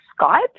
Skype